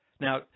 Now